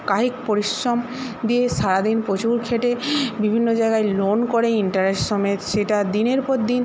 কায়িক পরিশ্রম দিয়ে সারাদিন প্রচুর খেটে বিভিন্ন জায়গায় লোন করে ইন্টারেস্ট সমেত সেটা দিনের পর দিন